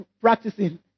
practicing